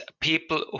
people